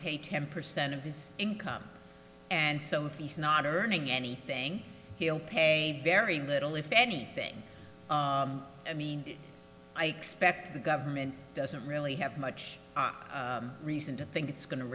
pay ten percent of his income and some fees not earning anything he'll pay very little if anything i mean i expect the government doesn't really have much reason to think it's go